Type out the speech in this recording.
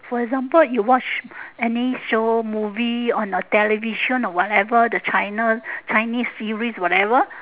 for example you watch any show movie on the television or whatever the china chinese series whatever